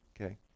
Okay